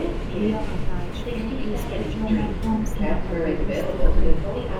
lieva tačkė įspūdžio mergoms nepadarys tikrai